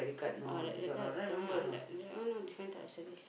or that that that type of that one all different type of service